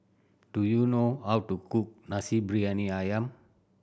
do you know how to cook Nasi Briyani Ayam